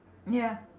ya